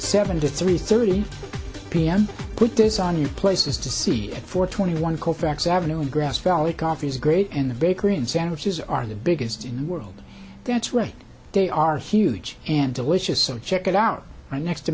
seven to three thirty p m put this on you places to see it for twenty one colfax avenue and grass valley coffee is great in the bakery and sandwiches are the biggest in the world that's where they are huge and delicious so check it out right next to